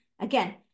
Again